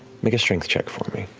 make a strength check for me.